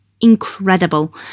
incredible